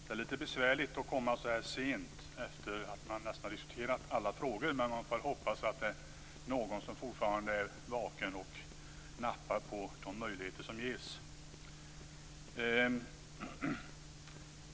Fru talman! Det är lite besvärligt att komma in i debatten så här sent efter att man redan har diskuterat alla frågor, men jag får hoppas att det fortfarande finns någon som är vaken och som nappar på de möjligheter som ges.